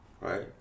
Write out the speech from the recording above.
right